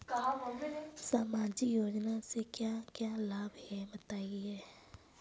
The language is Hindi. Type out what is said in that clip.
सामाजिक योजना से क्या क्या लाभ हैं बताएँ?